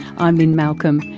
i'm lynne malcolm,